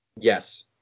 Yes